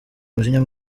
umujinya